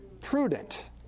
prudent